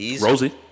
Rosie